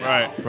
Right